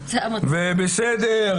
בסדר,